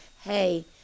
hey